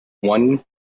one